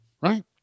Right